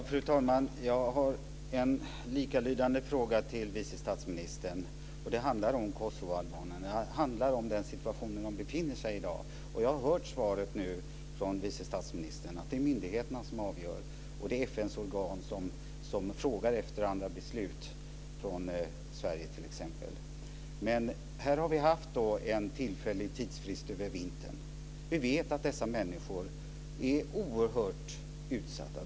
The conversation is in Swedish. Fru talman! Jag har en liknande fråga till vice statsministern som handlar om kosovoalbanerna och den situation som de befinner sig i i dag. Jag har hört svaret nu från vice statsministern, att det är myndigheterna som avgör och FN:s organ som frågar efter andra beslut från t.ex. Sverige. Vi har haft en tillfällig tidsfrist över vintern. Vi vet att dessa människor är oerhört utsatta.